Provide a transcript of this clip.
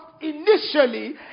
initially